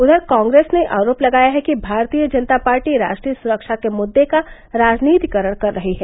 उधर कांग्रेस ने आरोप लगाया है कि भारतीय जनता पार्टी राष्ट्रीय सुरक्षा के मुद्दे का राजनीतिकरण कर रही है